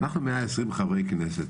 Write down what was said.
אנחנו 120 חברי כנסת,